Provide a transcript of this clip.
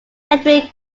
edwin